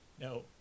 no